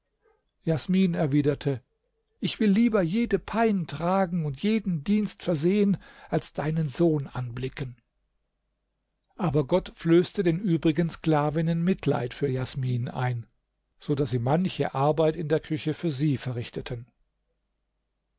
jasmin erwiderte ich will lieber jede pein tragen und jeden dienst versehen als deinen sohn anblicken aber gott flößte den übrigen sklavinnen mitleid für jasmin ein so daß sie manche arbeit in der küche für sie verrichteten